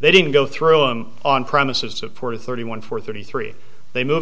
they didn't go through and on premises at four thirty one four thirty three they moved